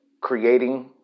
creating